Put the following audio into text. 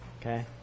Okay